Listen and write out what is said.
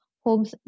homes